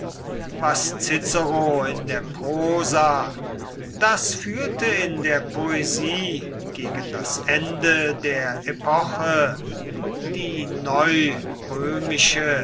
was cicero in der prosa das führte in der poesie gegen das ende der epoche die